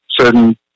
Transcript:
certain